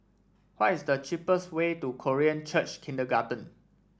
what is the cheapest way to Korean Church Kindergarten